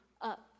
up